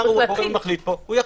השר יחליט.